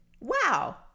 Wow